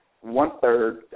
one-third